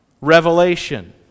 revelation